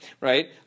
right